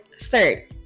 third